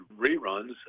reruns